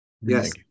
Yes